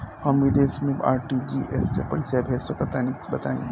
हम विदेस मे आर.टी.जी.एस से पईसा भेज सकिला तनि बताई?